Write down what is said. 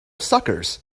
suckers